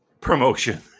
promotion